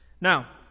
Now